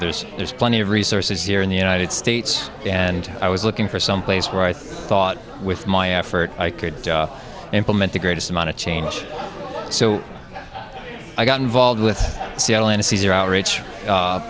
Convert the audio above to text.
there's there's plenty of resources here in the united states and i was looking for some place where i thought with my effort i could implement the greatest amount of change so i got involved with seattle and cesar outrage